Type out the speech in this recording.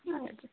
हजुर